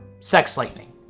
sex lightning.